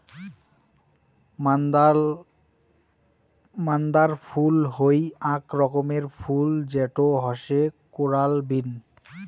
মান্দার ফুল হই আক রকমের ফুল যেটো হসে কোরাল বিন